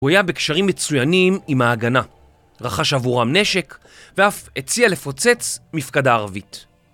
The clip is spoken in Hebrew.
הוא היה בקשרים מצוינים עם ההגנה. רכש עבורם נשק ואף הציע לפוצץ מפקדה ערבית.